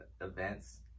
events